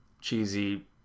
cheesy